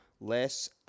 less